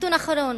הנתון האחרון: